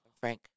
Frank